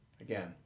Again